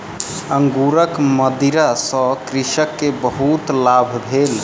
अंगूरक मदिरा सॅ कृषक के बहुत लाभ भेल